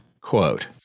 Quote